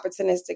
opportunistic